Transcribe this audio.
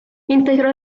integró